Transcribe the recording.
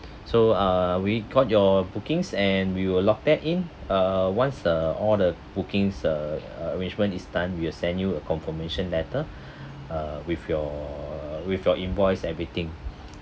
so uh we got your bookings and we will locked that in uh once the all the bookings uh arrangement is done we will send you a confirmation letter uh with your with your invoice everything